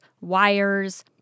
wires